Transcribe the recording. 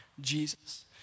Jesus